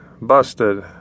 Busted